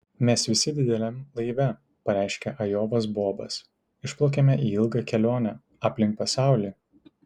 mes visi dideliam laive pareiškė ajovos bobas išplaukiame į ilgą kelionę aplink pasaulį